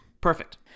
Perfect